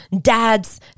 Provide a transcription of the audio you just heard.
dads